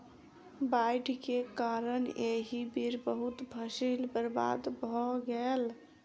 बाइढ़ के कारण एहि बेर बहुत फसील बर्बाद भअ गेल